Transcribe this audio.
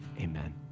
amen